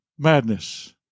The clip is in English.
Madness